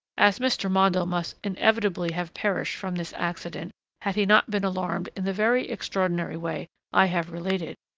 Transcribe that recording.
as mr. mondle must inevitably have perished from this accident had he not been alarmed in the very extraordinary way i have related,